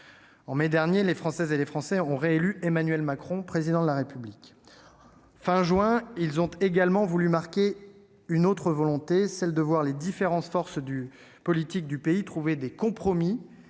En mai dernier, les Français ont réélu Emmanuel Macron Président de la République. Fin juin, ils ont également voulu marquer une autre volonté, celle de voir les différentes forces politiques du pays dialoguer et trouver des compromis